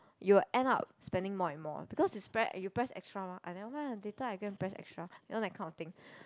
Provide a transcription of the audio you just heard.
you will end up spending more and more because you spend you press extra mah ah nevermind lah later I go and press extra you know that kind of thing